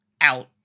out